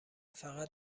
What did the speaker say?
فقط